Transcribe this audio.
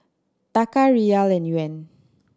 Taka Riyal and Yuan